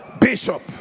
Bishop